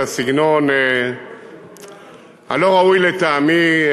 אני מאוד מצטער על הסגנון הלא-ראוי לטעמי.